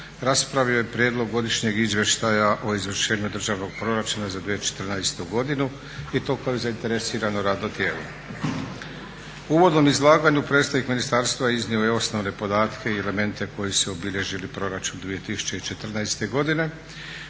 2015.raspravio je Prijedlog godišnjeg izvještaja o izvršenju Državnog proračuna za 2014.godinu i to kao zainteresirano radno tijelo. U uvodnom izlaganju predstavnik ministarstva iznio je osnovne podatke i elemente koji su obilježili proračun 2014. godine